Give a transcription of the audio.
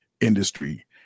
industry